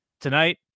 tonight